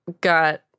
got